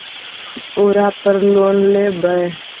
ओरापर लोन लेवै?